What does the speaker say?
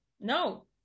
no